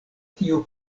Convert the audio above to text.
tio